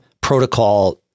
protocol